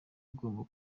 ugomba